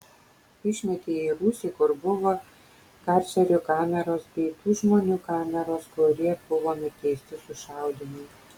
išmetė į rūsį kur buvo karcerių kameros bei tų žmonių kameros kurie buvo nuteisti sušaudymui